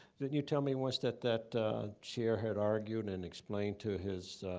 didn't you tell me once that that chair had argued and explained to his